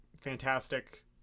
fantastic